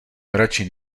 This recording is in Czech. radši